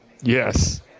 Yes